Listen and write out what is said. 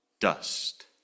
Dust